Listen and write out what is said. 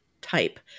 type